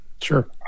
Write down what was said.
Sure